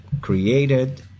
created